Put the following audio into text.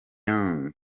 young